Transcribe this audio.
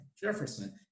Jefferson